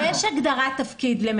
למטפלת יש הגדרת תפקיד.